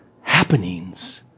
happenings